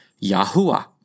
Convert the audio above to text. Yahuwah